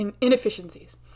inefficiencies